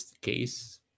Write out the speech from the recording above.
case